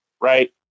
right